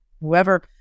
whoever